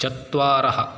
चत्वारः